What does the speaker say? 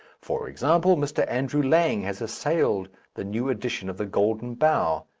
for example, mr. andrew lang has assailed the new edition of the golden bough.